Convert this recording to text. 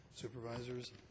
Supervisors